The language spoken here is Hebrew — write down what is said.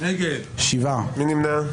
מי נמנע?